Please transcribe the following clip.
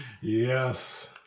Yes